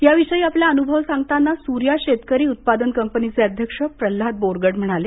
या विषयी आपला अनुभव सांगताना सूर्या शेतकरी उत्पादन कंपनीचे अध्यक्ष प्रल्हाद बोरगड म्हणाले